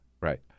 right